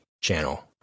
channel